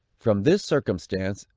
from this circumstance,